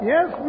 Yes